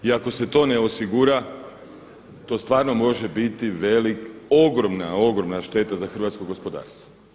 I ako se to ne osigura, to stvarno može biti velik, ogromna, ogromna šteta za hrvatsko gospodarstvo.